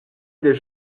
des